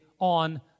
on